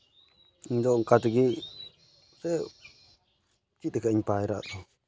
ᱤᱧᱫᱚ ᱚᱱᱠᱟ ᱛᱮᱜᱮ ᱛᱮ ᱪᱮᱫ ᱠᱟᱜ ᱟᱹᱧ ᱯᱟᱭᱨᱟᱜ ᱫᱚ